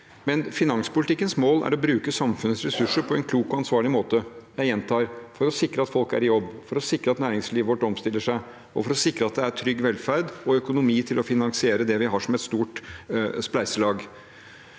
men finanspolitikkens mål er, som jeg sa, å bruke samfunnets ressurser på en klok og ansvarlig måte for å sikre at folk er i jobb, for å sikre at næringslivet vårt omstiller seg, og for å sikre at det er trygg velferd og økonomi til å finansiere det vi har som et stort spleiselag.